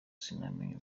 sinamenya